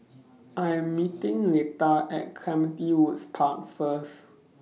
I'm meeting Letta At Clementi Woods Park First